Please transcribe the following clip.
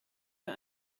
für